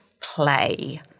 play